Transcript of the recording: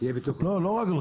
לא רק רכב.